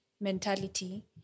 mentality